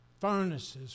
furnaces